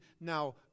now